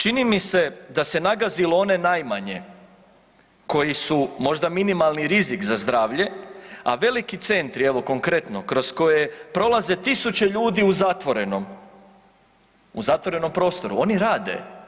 Čini mi se da se nagazilo one najmanje koji su možda minimalni rizik za zdravlje, a veliki centri, evo konkretno kroz koje prolaze tisuće ljudi u zatvorenom, u zatvorenom prostoru oni rade.